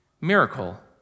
miracle